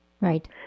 Right